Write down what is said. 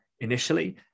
initially